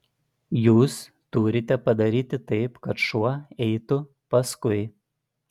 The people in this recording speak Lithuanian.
jūs turite padaryti taip kad šuo eitų paskui